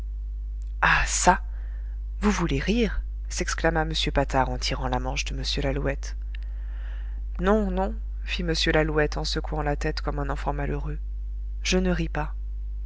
ça vous voulez rire s'exclama m patard en tirant la manche de m lalouette non non fit m lalouette en secouant la tête comme un enfant malheureux je ne ris pas